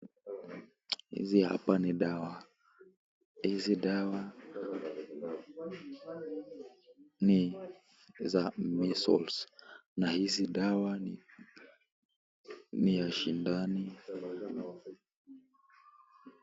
Hizi hapa ni dawa. Hizi dawa ni za (CS)measles(CS) na hizi dawa ni ya sindano.